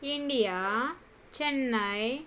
India Chennai